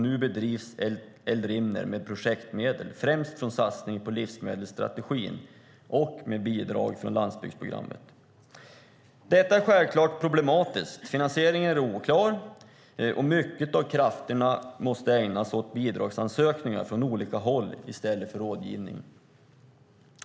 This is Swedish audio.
Nu bedrivs Eldrimner med projektmedel, främst från satsningen på livsmedelsstrategin, och med bidrag från landsbygdsprogrammet. Detta är självklart problematiskt. Finansieringen är oklar, och mycket av krafterna måste ägnas åt bidragsansökningar från olika håll i stället för rådgivning.